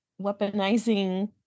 Weaponizing